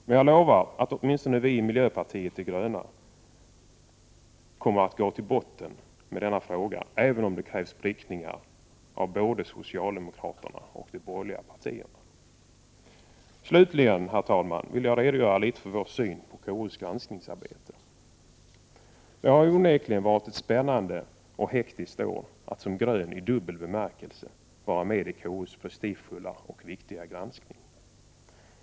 Men jag lovar att åtminstone vi i miljöpartiet de gröna kommer att gå till botten med denna fråga, även om det behövs prickningar av både socialdemokrater och borgerliga. Slutligen, herr talman, vill jag redogöra litet för vår syn på KU:s granskningsarbete. Det har onekligen varit ett spännande och hektiskt år för en som är grön i dubbel bemärkelse att få vara med vid KU:s prestigefulla och viktiga granskning.